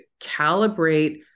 calibrate